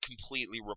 completely